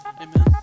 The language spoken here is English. Amen